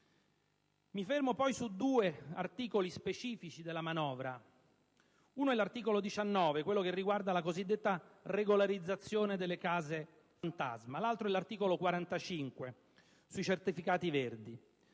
Mi soffermo poi su due articoli specifici della manovra: uno è l'articolo 19, che riguarda la cosiddetta regolarizzazione delle case fantasma, l'altro l'articolo 45, sui certificati verdi.